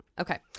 Okay